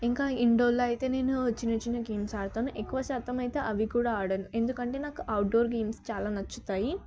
ఇంకా ఇండోర్లో అయితే నేను చిన్న చిన్న గేమ్స్ ఆడుతాను ఎక్కువ శాతం అయితే అవి కూడా ఆడను ఎందుకంటే నాకు అవుట్డోర్ గేమ్స్ చాలా నచ్చుతాయి